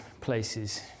places